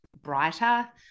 brighter